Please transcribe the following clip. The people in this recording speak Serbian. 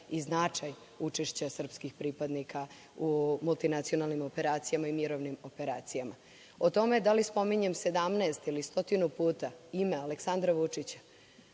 i značaj učešća srpskih pripadnika u multinacionalnim operacijama i mirovnim operacijama.O tome da li spominjem 17 ili stotinu puta ime Aleksandra Vučića